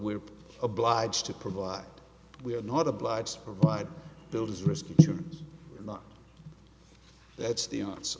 we're obliged to provide we are not obliged to provide builders risky or not that's the arts